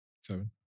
Seven